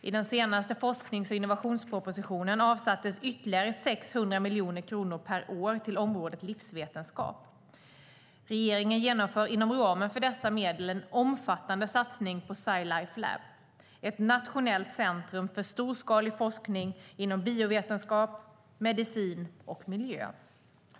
I den senaste forsknings och innovationspropositionen avsattes ytterligare 600 miljoner kronor per år till området livsvetenskap. Regeringen genomför inom ramen för dessa medel en omfattande satsning på Sci Life Lab, ett nationellt centrum för storskalig forskning inom biovetenskap, medicin och miljö.